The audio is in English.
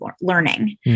learning